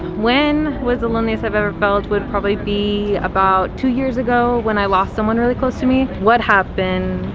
when was the loneliest i've ever felt? would probably be about two years ago when i lost someone really close to me. what happened?